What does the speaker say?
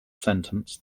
sentence